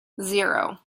zero